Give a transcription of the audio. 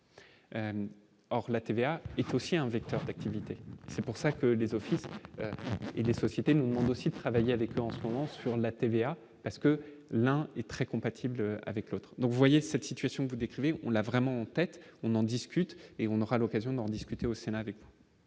or la TVA était aussi un vecteur d'activité, c'est pour ça que les offices et les sociétés non voici travailler avec dans ce moment sur la TVA parce que l'un est très compatible avec l'autre, donc vous voyez cette situation que vous décrivez, on l'a vraiment on en discute et on aura l'occasion d'en discuter au Sénat avec.